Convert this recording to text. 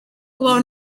kubaho